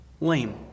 lame